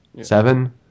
seven